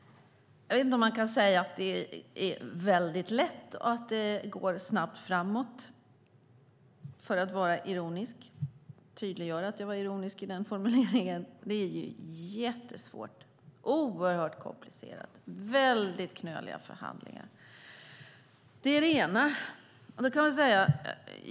Jag vet inte om man kan säga att det är väldigt lätt och att det går snabbt framåt, för att vara ironisk. Jag vill tydliggöra att jag var ironisk i den formuleringen. Det är jättesvårt. Det är oerhört komplicerat och väldigt knöliga förhandlingar. Det är det ena.